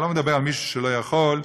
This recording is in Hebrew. לא מדבר על מישהו שלא יכול,